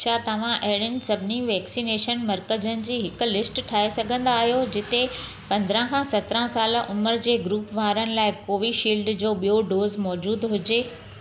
छा तव्हां अहिड़नि सभिनी वैक्सनेशन मर्कज़नि जी हिकु लिस्ट ठाहे सघंदा आहियो जिते पंद्रहं खां सतरहं सालु उमिरि जे ग्रूप वारनि लाइ कोवीशील्ड जो बि॒यों डोज़ मौजूद हुजे